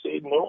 no